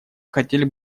хотели